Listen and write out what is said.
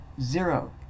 Zero